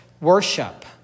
worship